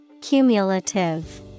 Cumulative